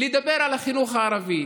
לדבר על החינוך הערבי.